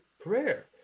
prayer